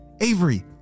Avery